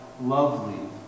lovely